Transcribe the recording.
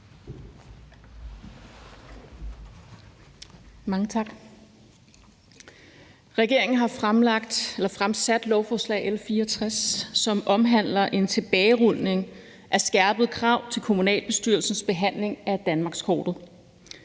Regeringen har fremsat lovforslag L 64, som omhandler en tilbagerulning af skærpede krav til kommunalbestyrelsens behandling af danmarkskortet.